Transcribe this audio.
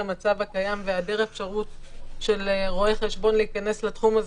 המצב הקיים והיעדר האפשרות של רואי חשבון להיכנס לתחום הזה,